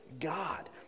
God